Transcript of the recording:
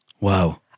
Wow